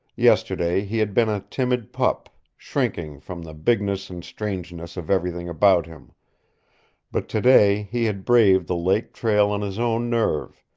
yesterday he had been a timid pup, shrinking from the bigness and strangeness of everything about him but today he had braved the lake trail on his own nerve,